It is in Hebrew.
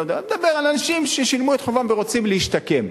אני מדבר על אנשים ששילמו את חובם ורוצים להשתקם,